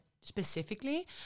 specifically